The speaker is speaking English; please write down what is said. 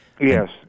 Yes